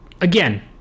again